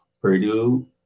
Purdue